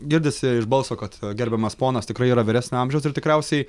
girdisi iš balso kad gerbiamas ponas tikrai yra vyresnio amžiaus ir tikriausiai